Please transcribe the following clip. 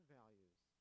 values